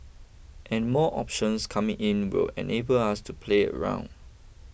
and more options coming in would enable us to play around